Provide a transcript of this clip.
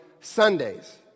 Sundays